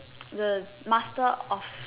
the master of